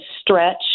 stretch